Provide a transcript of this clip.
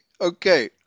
Okay